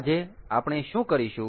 આજે આપણે શું કરીશું